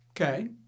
okay